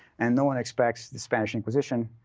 and no one expects the spanish inquisition.